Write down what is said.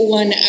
one